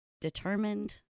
determined